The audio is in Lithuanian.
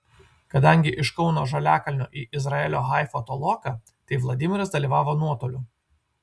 kadangi iš kauno žaliakalnio į izraelio haifą toloka tai vladimiras dalyvavo nuotoliu